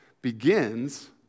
begins